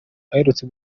aherutse